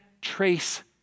trace